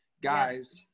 guys